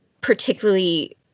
particularly